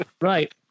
Right